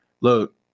Look